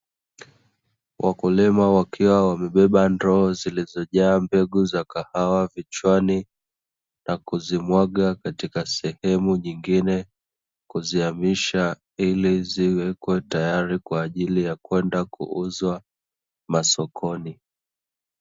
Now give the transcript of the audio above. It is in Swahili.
Wakulima wakiwa wamebeba ndoo zilizojaa mbegu za kahawa, vichwani na kuzimwaga katika sehemu nyingine kuzihamisha ili ziwe tayari kwa ajili ya kwenda kuuzwa masokoni.